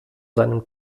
seinem